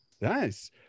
Nice